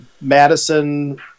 Madison